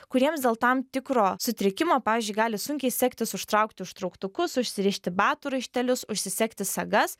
kuriems dėl tam tikro sutrikimo pavyzdžiui gali sunkiai sektis užtraukti užtrauktukus užsirišti batų raištelius užsisegti sagas